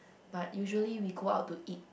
but usually we go out to eat